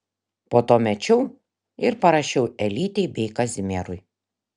po to mečiau ir parašiau elytei bei kazimierui